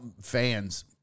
fans